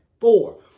four